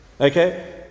Okay